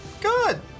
Good